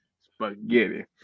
Spaghetti